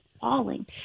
falling